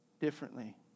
differently